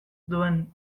duen